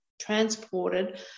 transported